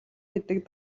гэдэг